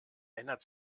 ändert